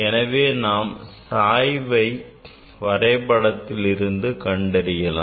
எனவே நாம் சாய்வை வரைபடத்திலிருந்து கண்டறியலாம்